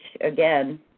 again